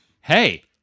Hey